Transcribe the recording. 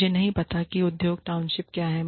मुझे नहीं पता कि उद्योग टाउनशिप क्या हैं